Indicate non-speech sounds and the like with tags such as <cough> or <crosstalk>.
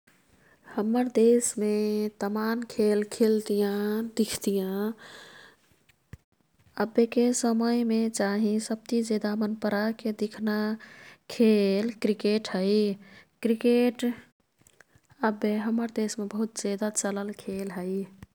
हम्मर देशमे तमान् खेल खिल्तियाँ, दिख्तियाँ। <noise> अब्बेके समयमे चाहिँ सब्तिजेदा मनपराके दिख्ना खेल क्रिकेट है। क्रिकेट अब्बे हम्मर देशमे बहुतजेदा चलल् खेल है।